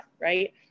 Right